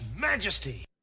majesty